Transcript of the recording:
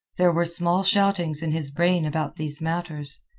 there were small shoutings in his brain about these matters.